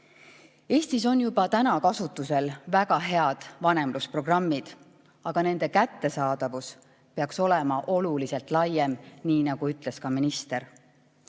Eestis on juba täna kasutusel väga head vanemlusprogrammid, aga nende kättesaadavus peaks olema oluliselt laiem, nii nagu ütles ka minister.